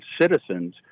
citizens